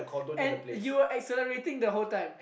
and you were accelerating the whole time